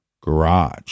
garage